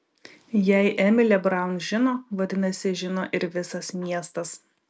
jei emilė braun žino vadinasi žino ir visas miestas